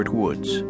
woods